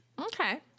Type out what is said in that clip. Okay